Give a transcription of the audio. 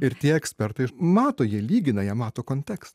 ir tie ekspertai mato jie lygina jie mato konteks